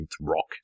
rock